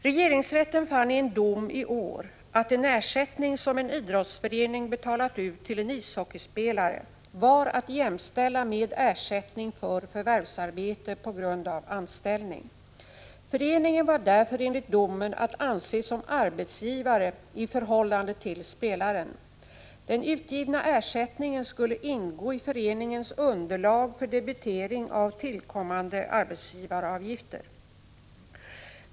Regeringsrätten fann i en dom i år att en ersättning som en idrottsförening betalat ut till en ishockeyspelare var att jämställa med ersättning för förvärvsarbete på grund av anställning. Föreningen var därför enligt domen att anse som arbetsgivare i förhållande till spelaren. Den utgivna ersättningen skulle ingå i föreningens underlag för debitering av tillkommande arbetsgivaravgifter.